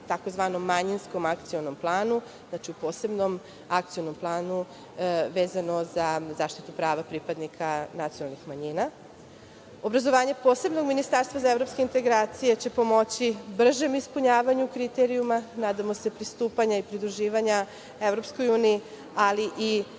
tzv. manjinskom akcionom planu, znači, u posebnom akcionom planu vezano za zaštitu prava pripadnika nacionalnih manjina. Obrazovanje posebnog ministarstva za evropske integracije će pomoći bržem ispunjavanju kriterijuma, nadamo se pristupanja, pridruživanja EU, ali i